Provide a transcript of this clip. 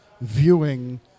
viewing